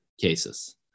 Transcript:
cases